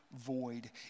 void